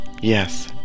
Yes